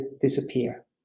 disappear